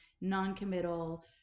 non-committal